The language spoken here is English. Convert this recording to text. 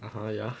(uh huh) ya